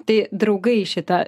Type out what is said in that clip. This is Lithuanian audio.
tai draugai į šitą